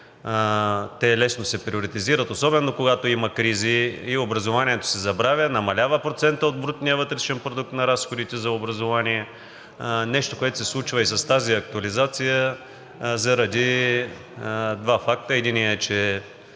те лесно се приоритизират. Особено когато има кризи и образование се забравя, намалява процентът от брутния вътрешен продукт на разходите за образование – нещо, което се случва и с тази актуализация заради два факта. Единият е, че